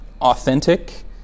authentic